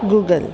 Google